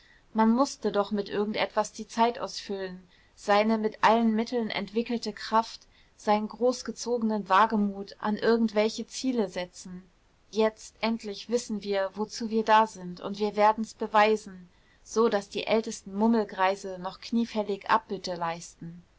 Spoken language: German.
man mußte doch mit irgend etwas die zeit ausfüllen seine mit allen mitteln entwickelte kraft seinen großgezogenen wagemut an irgend welche ziele setzen jetzt endlich wissen wir wozu wir da sind und werden's beweisen so daß die ältesten mummelgreise noch kniefällig abbitte leisten